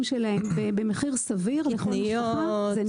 שלהם ובמחיר סביר לכל משפחה זה נדרש.